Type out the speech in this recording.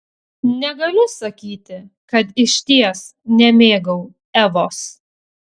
negaliu sakyti kad išties nemėgau evos